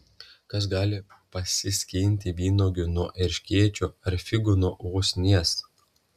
kas gali pasiskinti vynuogių nuo erškėčio ar figų nuo usnies